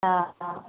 हाँ हाँ